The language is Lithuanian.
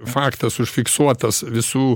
faktas užfiksuotas visų